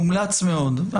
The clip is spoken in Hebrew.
מומלץ מאוד.